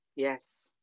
Yes